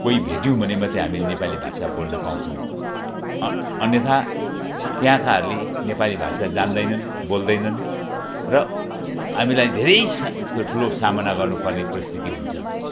कोही भेट्यौँ भने मात्रै हामी नेपाली भाषा बोल्न पाउँछौँ अ अन्यथा त्यहाँकाहरूले नेपाली भाषा जान्दैनन् बोल्दैनन् र हामीलाई धेरै सा ठुलो सामना गर्नुपर्ने परिस्थिति हुन्छ